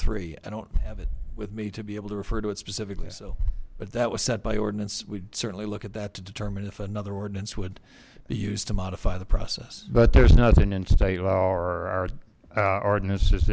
three i don't have it with me to be able to refer to it specifically so but that was set by ordinance we'd certainly look at that to determine if another ordinance would be used to modify the process but there's nothing in state law or our ordinances